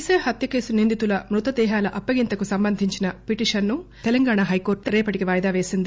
దిశ హత్యకేసు నిందితుల మృతదేహాల అప్పగింతకు సంబంధించిన పిటీషన్ ను తెలంగాణ హైకోర్ట్ రేపటికి వాయిదా పేసింది